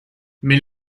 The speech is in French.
mais